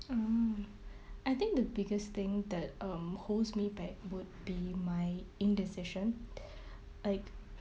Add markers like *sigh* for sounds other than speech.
mm I think the biggest thing that um holds me back would be my indecision *breath* like